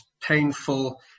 painful